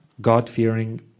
God-fearing